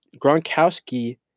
Gronkowski